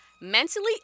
Mentally